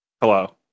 hello